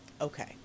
Okay